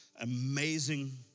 Amazing